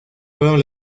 fueron